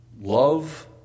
love